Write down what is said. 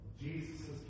Jesus